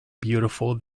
beautiful